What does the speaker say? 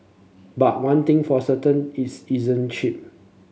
but one thing for certain it's isn't cheap